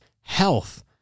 health